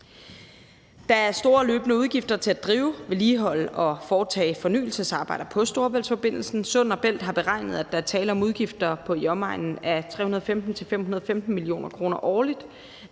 er store løbende udgifter til at drive, vedligeholde og foretage fornyelsesarbejder på Storebæltsforbindelsen. Sund & Bælt har beregnet, at der er tale om udgifter på i omegnen af 315-515 mio. kr. årligt.